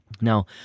Now